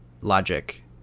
logic